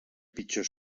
pitjor